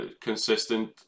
Consistent